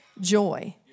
joy